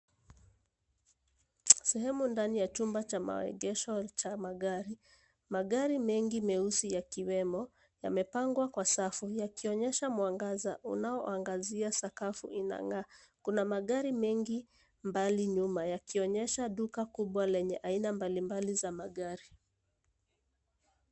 Sehemu ndani ya chumba cha maegesho cha magari. Magari mengi meusi yakiwemo, yamepangwa kwa safu yakionyesha mwangaza unaoangazia sakafu inang'aa. Kuna magari mengi mbali nyuma yakionyesha duka kubwa lenye aina mbalimbali za magari.